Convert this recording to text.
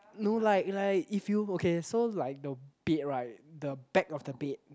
no like like if you okay so like the bed right the back of the bed